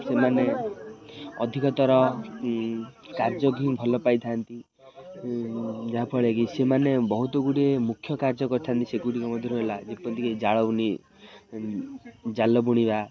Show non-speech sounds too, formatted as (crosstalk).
ସେମାନେ ଅଧିକତର କାର୍ଯ୍ୟ ହିଁ ଭଲ ପାଇଥାନ୍ତି ଯାହାଫଳରେ କି ସେମାନେ ବହୁତଗୁଡ଼ିଏ ମୁଖ୍ୟ କାର୍ଯ୍ୟ କରିଥାନ୍ତି ସେଗୁଡ଼ିକ ମଧ୍ୟରୁ ହେଲା ଯେପରିକି (unintelligible) ଜାଲ ବୁଣିବା